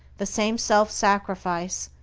the same self-sacrifice,